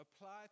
apply